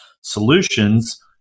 solutions